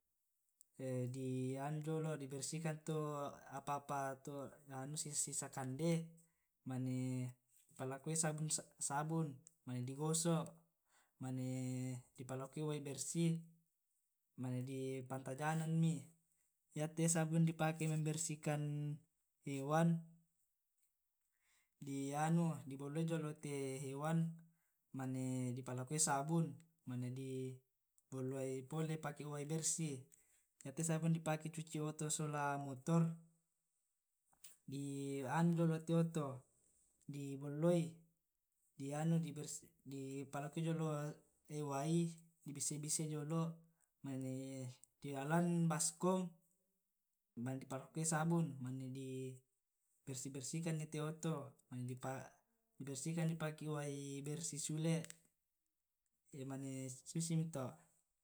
di anu jolo' di bersihkan to apa-apa to sisa kande mane palakoi to sabun mane di gosok mane di palakoi wae bersih mane di pantajanan mi, yate sabun di pake bersihkan hewan di anu di bolloi jolo' te hewan mane di palakoi sabun mane di bolloi pole pake wai bersih, yato sabun di pake cuci oto sola motor di anu jolo' te oto di bolloi di anu di palakoi jolo' wai di bissa bisai jolo' mane di alang baskom mane di parokkoi sabun mane di bersih bersihkan ii te oto mane di bersihkan pake wai bersih sule' mane susi mito'.